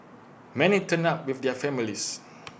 many turned up with their families